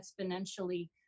exponentially